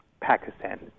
Pakistan